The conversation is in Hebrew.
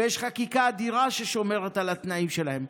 ויש חקיקה אדירה ששומרת על התנאים שלהם.